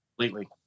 completely